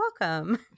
welcome